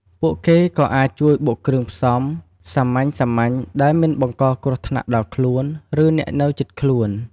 ពួកគេក៏អាចជួយបុកគ្រឿងផ្សំ សាមញ្ញៗដែលមិនបង្កគ្រោះថ្នាក់ដល់ខ្លួន ឬ អ្នកនៅជិតខ្លួន។